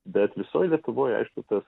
bet visoj lietuvoj aišku tas